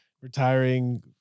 retiring